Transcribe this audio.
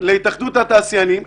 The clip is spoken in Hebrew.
להתאחדות התעשיינים,